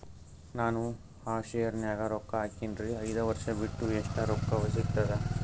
ನಾನು ಆ ಶೇರ ನ್ಯಾಗ ರೊಕ್ಕ ಹಾಕಿನ್ರಿ, ಐದ ವರ್ಷ ಬಿಟ್ಟು ಎಷ್ಟ ರೊಕ್ಕ ಸಿಗ್ತದ?